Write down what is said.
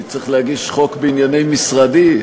אני צריך להגיש חוק בענייני משרדי.